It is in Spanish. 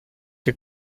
que